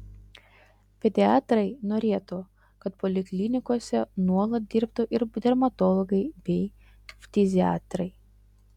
pediatrai norėtų kad poliklinikose nuolat dirbtų ir dermatologai bei ftiziatrai